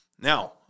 Now